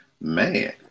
Man